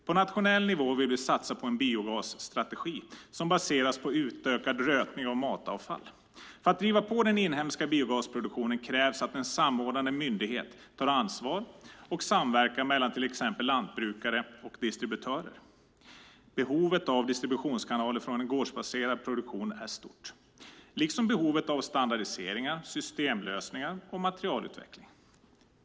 På nationell nivå vill vi satsa på en biogasstrategi som baseras på utökad rötning av matavfall. För att driva på den inhemska biogasproduktionen krävs att en samordnande myndighet tar ansvar och samverkar mellan till exempel lantbrukare och distributörer. Behovet av distributionskanaler från en gårdsbaserad produktion är stort liksom behovet av standardiseringar, systemlösning och materielutveckling.